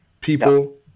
people